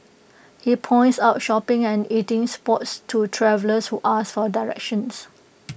he points out shopping and eating spots to travellers who ask for directions